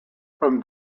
from